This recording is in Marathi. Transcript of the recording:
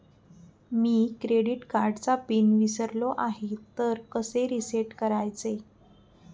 मी क्रेडिट कार्डचा पिन विसरलो आहे तर कसे रीसेट करायचे?